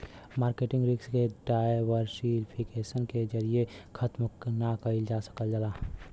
market risk के diversification के जरिये खत्म ना कइल जा सकल जाला